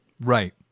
Right